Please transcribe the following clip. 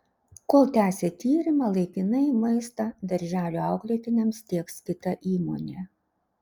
kol tęsia tyrimą laikinai maistą darželių auklėtiniams tieks kita įmonė